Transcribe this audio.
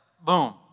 boom